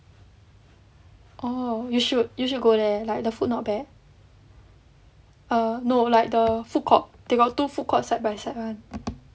oh you should you should go there like the food not bad err no like the food court they got two food court side by side [one]